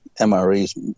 MREs